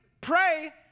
pray